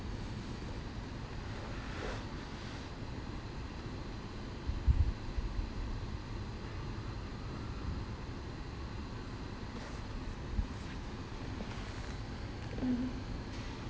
mmhmm